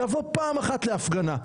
תבוא פעם אחת להפגנה,